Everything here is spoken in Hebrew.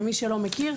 למי שלא מכיר,